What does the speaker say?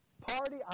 party